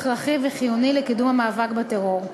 הכרחי וחיוני לקידום המאבק בטרור.